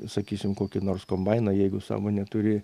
sakysim kokį nors kombainą jeigu savo neturi